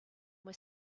were